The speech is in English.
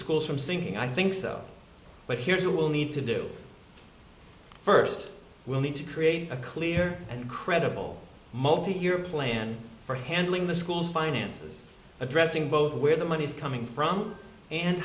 schools from sinking i think so but here you will need to do first we'll need to create a clear and credible multi year plan for handling the schools finances addressing both where the money is coming from and